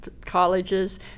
colleges